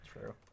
true